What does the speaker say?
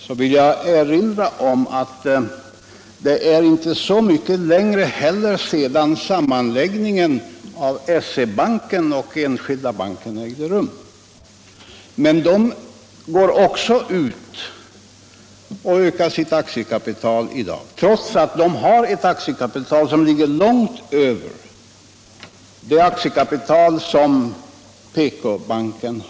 Jag vill då erinra om att det inte heller är så länge sedan sammanläggningen av Skandinaviska banken och Enskilda banken ägde rum. Men SE-banken går i dag också ut och ökar sitt aktiekapital, trots att den banken har ett aktiekapital som är långt större än PK-bankens.